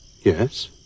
Yes